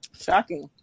Shocking